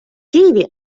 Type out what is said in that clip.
києві